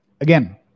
Again